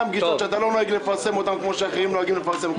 גם פגישות שאתה לא נוהג לפרסם אותן כפי שאחרים נוהגים לפרסם.